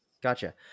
Gotcha